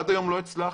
עד היום לא הצלחנו.